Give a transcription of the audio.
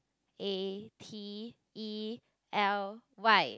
A P E L Y